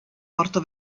porto